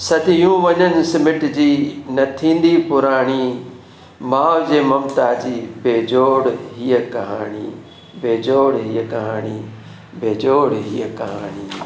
सदियूं वञनि सिमिटजी न थींदी पुराणी माउ जी ममता जी बेजोड़ हीअ कहाणी बेजोड़ हीअ कहाणी बेजोड़ हीअ कहाणी